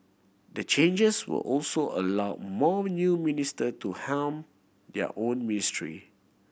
the changes will also allow more new minister to helm their own ministry